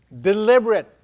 Deliberate